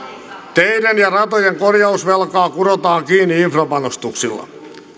teiden ja ratojen korjausvelkaa kurotaan kiinni infrapanostuksilla